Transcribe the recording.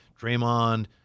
Draymond